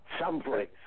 someplace